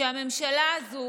הממשלה הזו